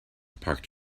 parked